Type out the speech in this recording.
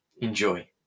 Enjoy